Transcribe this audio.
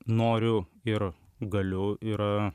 noriu ir galiu yra